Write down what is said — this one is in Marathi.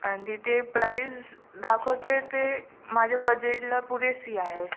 आणि तिथे प्राईस दाखवते ते माझ्या बजेटला पुरेसी आहे